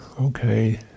okay